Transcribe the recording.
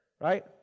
Right